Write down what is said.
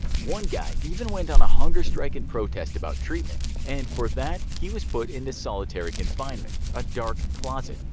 one guy even went on hunger strike in protest about treatment, and for that he was put into solitary confinement a dark closet.